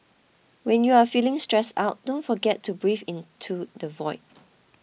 when you are feeling stressed out don't forget to breathe into the void